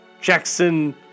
Jackson